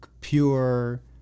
pure